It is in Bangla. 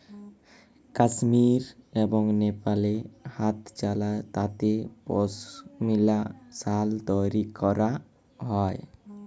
কাশ্মীর এবং লেপালে হাতেচালা তাঁতে পশমিলা সাল তৈরি ক্যরা হ্যয়